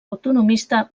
autonomista